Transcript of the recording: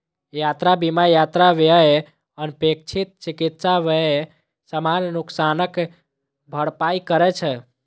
यात्रा बीमा यात्रा व्यय, अनपेक्षित चिकित्सा व्यय, सामान नुकसानक भरपाई करै छै